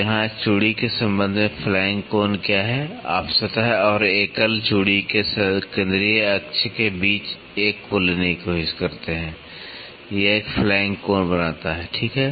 तो यहाँ चूड़ी के संबंध में फ्लैंक कोण क्या है आप सतह और एकल चूड़ी के केंद्रीय अक्ष के बीच एक को लेने की कोशिश करते हैं यह एक फ्लैंक कोण बनाता है ठीक है